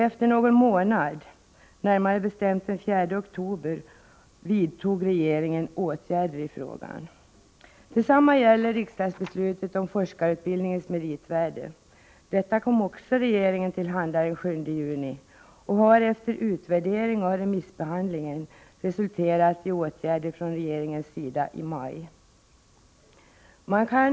Efter några månader — närmare bestämt den 4 oktober — vidtog regeringen åtgärder i frågan. Även riksdagsbeslutet om forskarutbildningens meritvärde kom regeringen till handa den 7 juni. Det har efter utvärdering av remissbehandling resulterat i åtgärder från regeringens sida i maj. Herr talman!